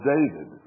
David